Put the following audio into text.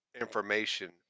information